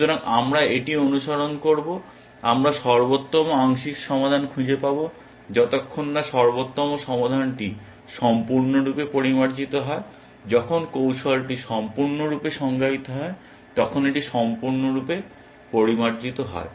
সুতরাং আমরা এটি অনুসরণ করব আমরা সর্বোত্তম আংশিক সমাধান খুঁজে পাব যতক্ষণ না সর্বোত্তম সমাধানটি সম্পূর্ণরূপে পরিমার্জিত হয় যখন কৌশলটি সম্পূর্ণরূপে সংজ্ঞায়িত হয় তখন এটি সম্পূর্ণরূপে পরিমার্জিত হয়